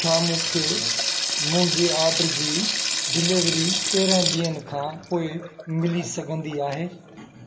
छा मूंखे मुंहिंजे ऑडर जी डिलीवरी तेरहां ॾींहनि खां पोइ मिली सघंदी आहे